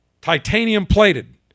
titanium-plated